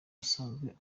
asanzwe